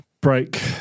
break